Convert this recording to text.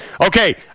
Okay